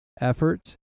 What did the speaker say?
effort